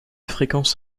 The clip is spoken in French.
fréquences